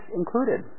included